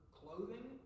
clothing